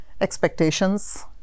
Expectations